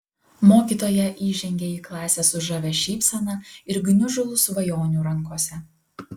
mokytoja įžengė į klasę su žavia šypsena ir gniužulu svajonių rankose